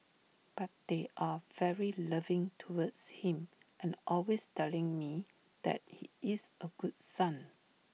but they are very loving towards him and always telling me that he is A good son